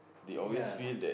ya